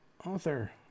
Author